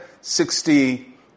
sixty